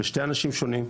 אלה שני אנשים שונים.